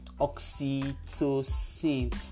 oxytocin